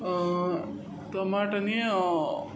टमाट आनी